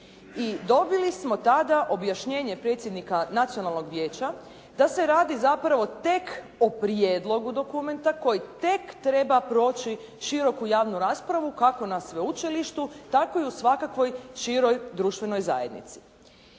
dobili smo tada objašnjenje predsjednika Nacionalnog vijeća da se radi zapravo tek o prijedlogu dokumenta koji tek treba proći široku javnu raspravu kako na sveučilištu tako i u svakakvoj široj društvenoj zajednici.